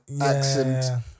accent